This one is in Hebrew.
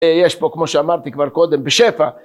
יש פה כמו שאמרתי כבר קודם בשפע.